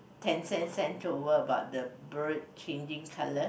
tencents sent to work about the bird changing colour